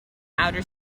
outer